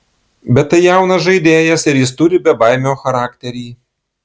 bet tai jaunas žaidėjas ir jis turi bebaimio charakterį